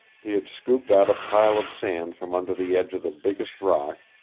he had scooped out a pile of sand from under the edge of the biggest rock,